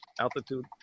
altitude